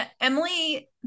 Emily